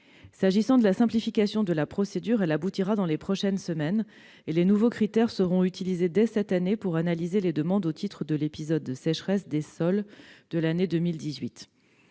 S'agissant de la simplification de la procédure, elle aboutira dans les prochaines semaines. Les nouveaux critères seront d'ailleurs utilisés dès cette année pour analyser les demandes au titre de l'épisode de sécheresse des sols de l'année 2018.